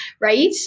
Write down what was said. right